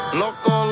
loco